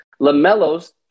LaMelo's